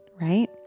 right